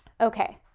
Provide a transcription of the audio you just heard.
okay